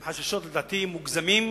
הם חששות לדעתי מוגזמים,